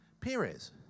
Perez